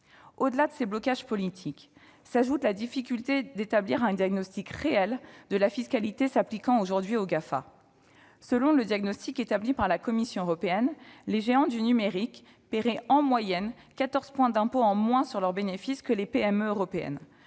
2020. À ces blocages politiques s'ajoute la difficulté d'établir un diagnostic réel de la fiscalité s'appliquant aujourd'hui aux Gafa. Selon le diagnostic établi par la Commission européenne, les géants du numérique paieraient en moyenne 14 points d'impôts de moins sur leurs bénéfices que les PME européennes